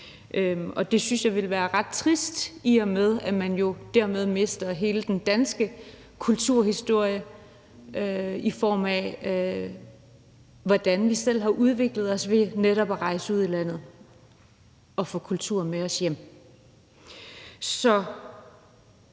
Det synes jeg ville være ret trist, i og med at man dermed mister hele den danske kulturhistorie, i form af hvordan vi selv har udviklet os ved netop at rejse ud af landet og få kultur med os hjem. Så